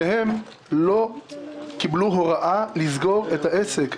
שניהם לא קיבלו הוראה לסגור את העסק.